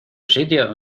sitio